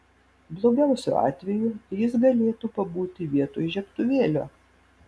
blogiausiu atveju jis galėtų pabūti vietoj žiebtuvėlio